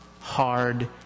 hard